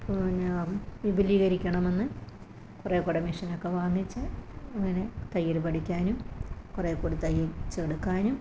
പിന്നെ വിപുലീകരിക്കണമെന്ന് കുറെക്കൂടെ മെഷീനൊക്കെ വാങ്ങിച്ച് പിന്നെ തയ്യല് പഠിക്കാനും കുറേക്കൂടി തയ്ച്ചെടുക്കാനും